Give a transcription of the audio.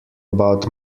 about